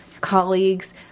colleagues